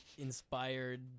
Inspired